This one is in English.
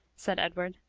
said edward.